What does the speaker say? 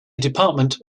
department